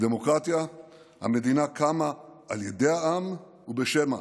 בדמוקרטיה המדינה קמה על ידי העם ובשם העם.